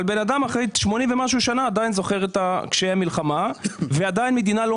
אבל אדם אחרי 80 שנים עדיין זוכר את קשיי המלחמה ועדיין המדינה לא